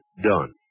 done